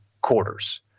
quarters